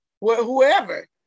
whoever